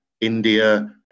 India